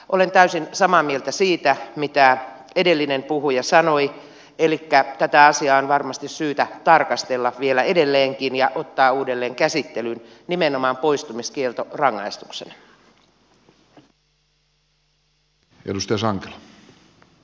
olen täysin samaa mieltä siitä mitä edellinen puhuja sanoi elikkä tätä asiaa on varmasti syytä tarkastella vielä edelleenkin ja ottaa uudelleen käsittelyyn nimenomaan poistumiskieltorangaistuksena